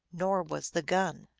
nor was the gun.